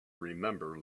remember